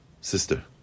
sister